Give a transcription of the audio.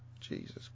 Jesus